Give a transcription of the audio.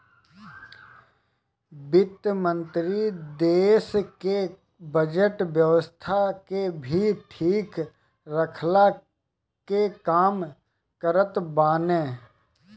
वित्त मंत्री देस के बजट व्यवस्था के भी ठीक रखला के काम करत बाने